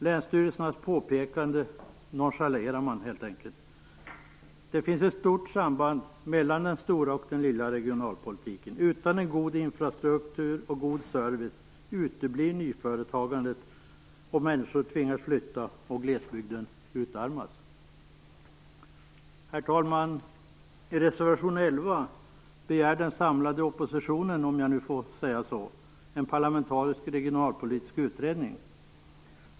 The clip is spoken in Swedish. Länsstyrelsernas påpekanden nonchaleras helt enkelt. Det finns ett stort samband mellan den "stora" och den "lilla" regionalpolitiken. Utan en god infrastruktur och god service uteblir nyföretagandet, människor tvingas flytta och glesbygden utarmas. Herr talman! I reservation 11 begär den samlade oppositionen, om jag nu får säga så, en parlamentarisk regionalpolitisk utredning.